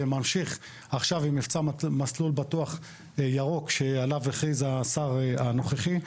וממשיך עכשיו עם מבצע "מסלול בטוח ירוק" שעליו הכריז השר הנוכחי.